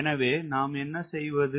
எனவே நாம் என்ன செய்யவது